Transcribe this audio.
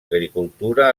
agricultura